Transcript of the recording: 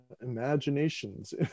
imaginations